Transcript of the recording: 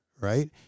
right